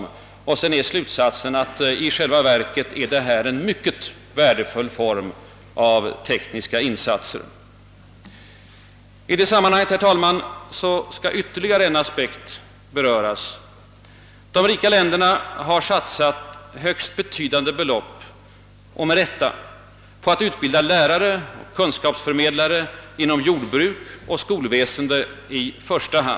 Till sist drar han den slutsatsen, att de privata investeringarna i själva verket utgör en mycket värdefull form av tekniskt bistånd. — I detta sammanhang skall ytterligare en aspekt beröras. De rika länderna har satsat högst betydande belopp, och det med rätta, på att utbilda lärare och kunskapsförmedlare i första hand inom jordbruk och skolväsende.